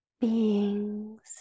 beings